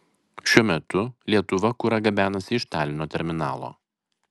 šiuo metu lietuva kurą gabenasi iš talino terminalo